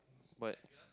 but